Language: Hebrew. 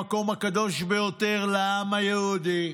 המקום הקדוש ביותר לעם היהודי,